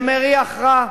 זה מריח רע,